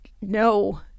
no